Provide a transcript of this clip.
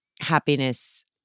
happiness